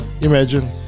Imagine